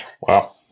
Wow